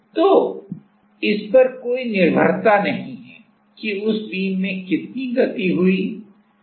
तो इस दिशा में कोई बल नहीं है इसलिए यह F लंबवत है या लंबवत बल 0 है